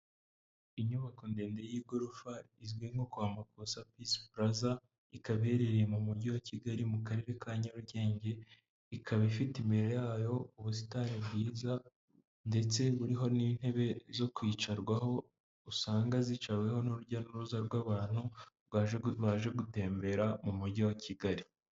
inyubako ndende y'igorofa izwi nko kwa makosa peace plaza ikaba iherereye mu mujyi wa kigali mu karere ka nyarugenge ikaba ifite imbere yayo ubusitani bwiza ndetse buriho n'intebe zo kwicarwaho usanga zicaweho n'urujya n'uruza rw'abantu baje gutembera mu mujyi wa kigali